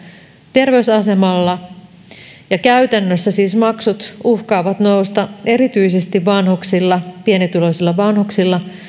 terveysasemalla todellakin maksut nousisivat ja käytännössä siis maksut uhkaavat nousta erityisesti pienituloisilla vanhuksilla